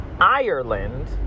Ireland